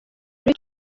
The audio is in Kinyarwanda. kuri